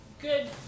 good